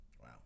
Wow